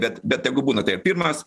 bet bet tegu būna taip pirmas